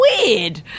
Weird